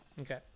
okay